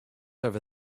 over